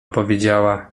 powiedziała